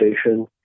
station